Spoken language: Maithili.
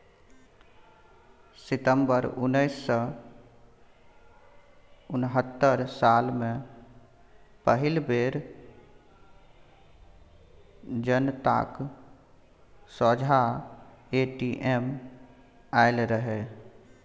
सितंबर उन्नैस सय उनहत्तर साल मे पहिल बेर जनताक सोंझाँ ए.टी.एम आएल रहय